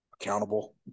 accountable